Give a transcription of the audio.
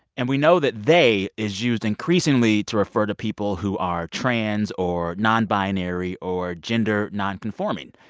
and we know that they is used increasingly to refer to people who are trans or non-binary or gender nonconforming.